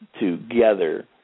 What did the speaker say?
together